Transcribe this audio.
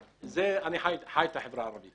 אני חי את החברה הערבית